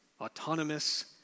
autonomous